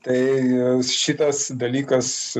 tai šitas dalykas